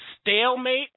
stalemate